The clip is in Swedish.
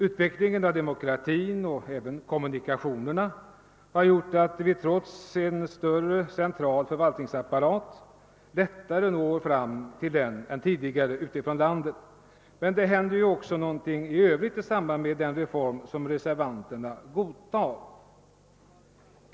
Utvecklingen av demokratin — och även kommunikationerna — har gjort att vi trots en större central förvalt ningsapparat lättare når fram till den än tidigare ute ifrån landet. Men det händer ju också någonting i övrigt i samband med den reform som reservanterna godtar.